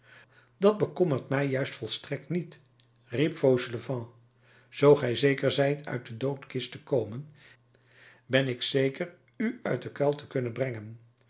dat bekommert mij juist volstrekt niet riep fauchelevent zoo gij zeker zijt uit de doodkist te komen ben ik zeker u uit den kuil te kunnen brengen